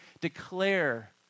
declare